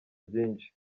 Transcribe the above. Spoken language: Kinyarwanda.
byinshi